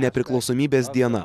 nepriklausomybės diena